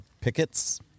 pickets